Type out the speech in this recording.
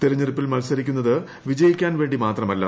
തെരഞ്ഞെടുപ്പിൽ മത്സ്രിക്കുന്നത് വിജയിക്കാൻ വേണ്ടി മാത്രമല്ല